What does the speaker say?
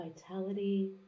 vitality